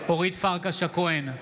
אורית פרקש הכהן,